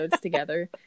together